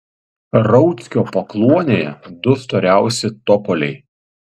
rauckio pakluonėje du storiausi topoliai